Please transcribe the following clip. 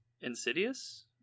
Insidious